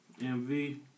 MV